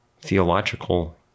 theological